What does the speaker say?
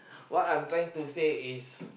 what I'm trying to say is